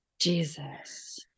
Jesus